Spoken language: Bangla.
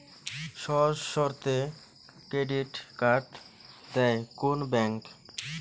সহজ শর্তে ক্রেডিট কার্ড দেয় কোন ব্যাংক?